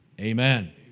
Amen